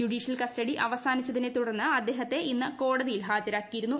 judicial custody അവസാനിച്ചുതിനെ തുടർന്ന് അദ്ദേഹത്തെ ഇന്ന് കോടതിയിൽ ഹാജരാക്കിയിരുന്നു